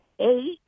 eight